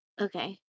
Okay